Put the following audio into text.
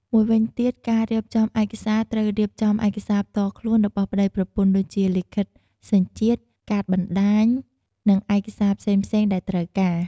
មួយវិញទៀតការរៀបចំឯកសារត្រូវរៀបចំឯកសារផ្ទាល់ខ្លួនរបស់ប្ដីប្រពន្ធ ដូចជា លិខិតសញ្ជាតិ កាតបណ្ដាញ និងឯកសារផ្សេងៗដែលត្រូវការ។